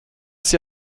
sie